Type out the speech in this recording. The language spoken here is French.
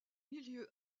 milieu